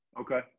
Okay